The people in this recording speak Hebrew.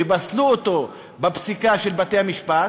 ופסלו אותה בפסיקה של בתי-המשפט,